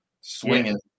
swinging